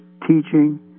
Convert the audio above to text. teaching